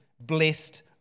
blessed